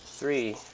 Three